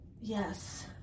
yes